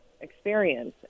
experience